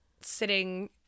sitting